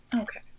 Okay